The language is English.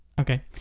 Okay